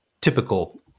typical